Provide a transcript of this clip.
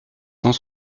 cent